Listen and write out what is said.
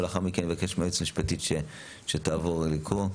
ולאחר מכן אני אבקש מהיועצת המשפטית שתעבור לקרוא.